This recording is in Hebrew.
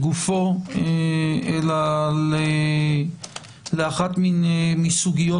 גופו אלא לאחת מסוגיות